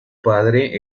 padre